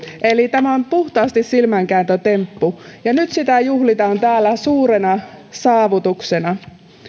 eli tämä on puhtaasti silmänkääntötemppu ja nyt sitä juhlitaan täällä suurena saavutuksena